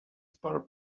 powered